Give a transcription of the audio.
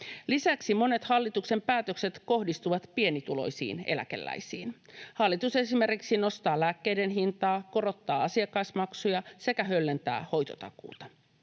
Lisäksi monet hallituksen päätökset kohdistuvat pienituloisiin eläkeläisiin. Hallitus esimerkiksi nostaa lääkkeiden hintaa, korottaa asiakasmaksuja sekä höllentää hoitotakuuta.